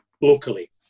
locally